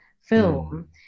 film